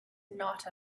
not